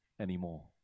anymore